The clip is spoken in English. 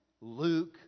Luke